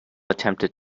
attempted